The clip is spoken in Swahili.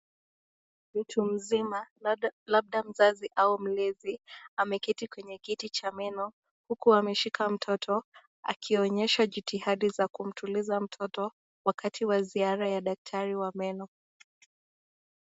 Mtu mzima labda labda mzazi au mlezi ameketi kwenye kiti cha meno huku ameshika mtoto akionyeshwa jitihadi za kumtuliza mtoto wakati wa ziara ya daktari wa meno.